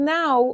now